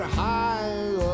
high